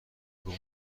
بگو